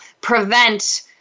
prevent